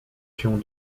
się